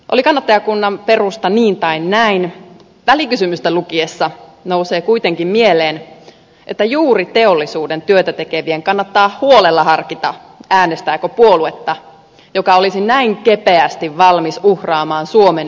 oli kannattajakunnan perusta niin tai näin välikysymystä lukiessa nousee kuitenkin mieleen että juuri teollisuuden työtä tekevien kannattaa huolella harkita äänestääkö puoluetta joka olisi näin kepeästi valmis uhraamaan suomen vientiteollisuuden